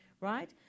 right